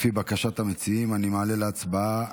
לפי בקשת המציעים אני מעלה להצבעה